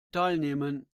teilnehmen